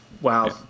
Wow